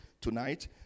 tonight